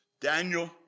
Daniel